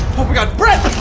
oh my god, brett!